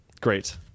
Great